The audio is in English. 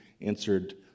answered